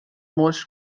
most